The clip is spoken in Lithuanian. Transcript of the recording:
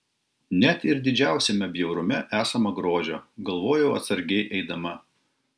net ir didžiausiame bjaurume esama grožio galvojau atsargiai eidama